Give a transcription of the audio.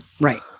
Right